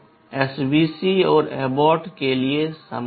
SVC और abort के लिए समान है